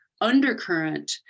undercurrent